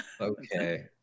okay